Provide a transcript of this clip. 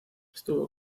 estuvo